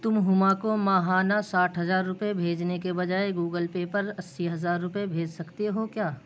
تم ہمارے کو ماہانہ ساٹھ ہزار روپے بھیجنے کے بجائے گوگل پے پر اسی ہزار روپے بھیج سکتے ہو کیا